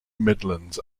midlands